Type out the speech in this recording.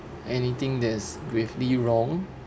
anything there's gravely wrong